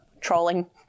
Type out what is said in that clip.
trolling